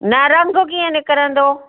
ना रंग कीअं निकरंदो